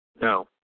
No